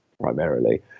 primarily –